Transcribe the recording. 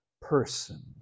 person